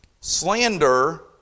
Slander